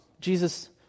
Jesus